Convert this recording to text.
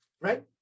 right